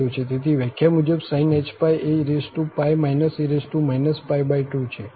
તેથી વ્યાખ્યા મુજબ sinh⁡ એ e e 2 છે